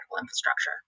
infrastructure